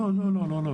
לא, לא, לא.